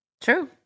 True